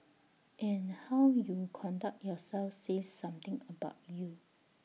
and how you conduct yourself says something about you